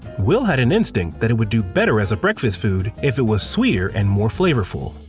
will had an instinct that it would do better as a breakfast food if it was sweeter and more flavorful.